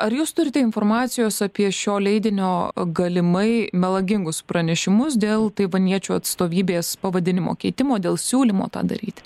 ar jūs turite informacijos apie šio leidinio galimai melagingus pranešimus dėl taivaniečių atstovybės pavadinimo keitimo dėl siūlymo tą daryti